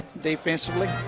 defensively